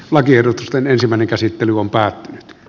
lakiehdotusten ensimmäinen käsittely on päät